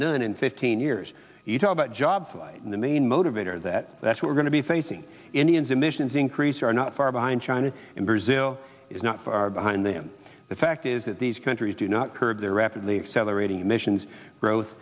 none in fifteen years you talk about jobs in the main motivator that that's why we're going to be facing indians emissions increase are not far behind china and brazil is not far behind them the fact is that these countries do not curb their rapidly accelerating emissions growth